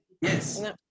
Yes